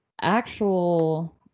actual